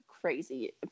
crazy